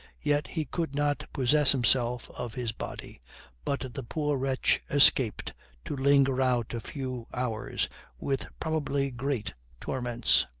yet he could not possess himself of his body but the poor wretch escaped to linger out a few hours with probably great torments.